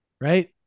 Right